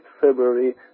february